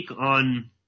on